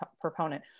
proponent